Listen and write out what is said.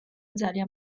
ძალიან